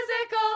physical